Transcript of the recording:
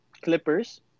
Clippers